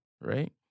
right